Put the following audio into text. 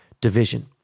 division